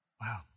Wow